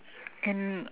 in